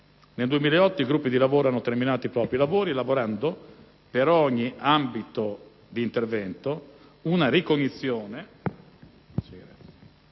Nel 2008 i gruppi di lavoro hanno terminato i propri lavori elaborando, per ogni ambito di intervento, una ricognizione